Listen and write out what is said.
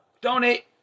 donate